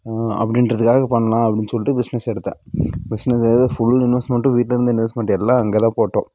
அப்படின்றதுக்காக பண்லாம் அப்படின்னு சொல்லிட்டு பிசினஸ் எடுத்தேன் பிசினஸ்க்காக ஃபுல் இன்வெஸ்ட்மெண்ட்டும் வீட்டில இருந்த இன்வெஸ்ட்மெண்ட்டு எல்லாம் அங்கே தான் போட்டோம்